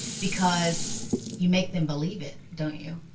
because you make them believe it, don't you?